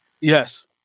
Yes